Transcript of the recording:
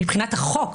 מבחינת החוק,